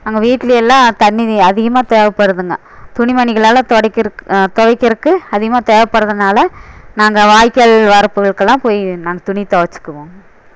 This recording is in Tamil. அங்கே வீட்டில் எல்லாம் தண்ணி அதிகமாக தேவைப்படுதுங்க துணி மணிகளெல்லாம் துடைக்கிறக் துவைக்கிறக்கு அதிகமாக தேவைப்பட்றதுனால நாங்கள் வாய்க்கால் வரப்புக்குலாம் போய் நாங்க துணி துவைச்சிக்குவோம்